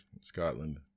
Scotland